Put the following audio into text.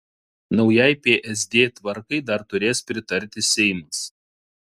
naujai psd tvarkai dar turės pritarti seimas